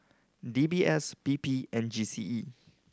D B S P P and G C E